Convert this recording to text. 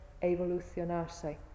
evolucionarse